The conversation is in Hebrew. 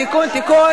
תודה רבה.